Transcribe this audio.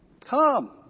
come